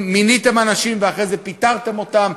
מיניתם שם אנשים ואחרי זה פיטרתם אותם,